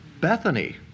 Bethany